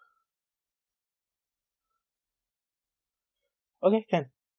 okay can